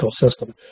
system